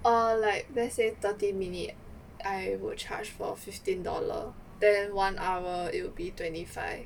err like let's say thirty minute I would charge for fifteen dollar then one hour it will be twenty five